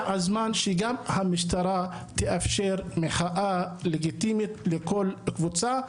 הזמן שגם המשטרה תאפשר מחאה לגיטימית לכל קבוצה,